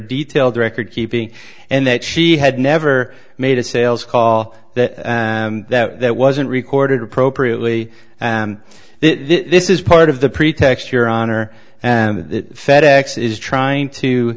detailed record keeping and that she had never made a sales call that that wasn't recorded appropriately and this is part of the pretext your honor and fed ex is trying to